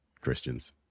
Christians